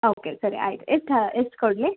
okay ಸರಿ ಆಯಿತು ಎಷ್ಟು ಎಷ್ಟು ಕೊಡ್ಲಿ